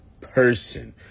person